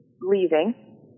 leaving